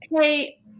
Hey